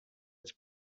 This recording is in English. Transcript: its